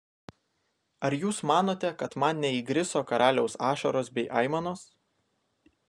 ar jūs manote kad man neįgriso karaliaus ašaros bei aimanos